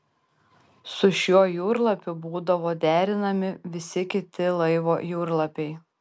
su šiuo jūrlapiu būdavo derinami visi kiti laivo jūrlapiai